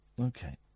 okay